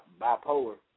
bipolar